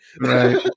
right